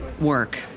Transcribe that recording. work